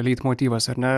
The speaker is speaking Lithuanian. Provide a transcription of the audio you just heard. leitmotyvas ar ne